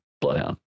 bloodhound